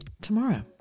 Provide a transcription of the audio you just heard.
tomorrow